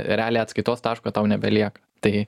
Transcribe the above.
realiai atskaitos taško tau nebelieka tai